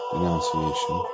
Annunciation